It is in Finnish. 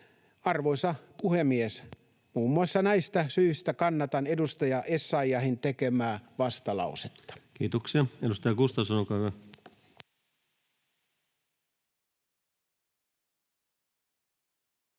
Arvoisa puhemies! Muun muassa näistä syistä kannatan edustaja Essayahin tekemää vastalausetta. [Speech 128] Speaker: